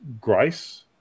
grace